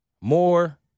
more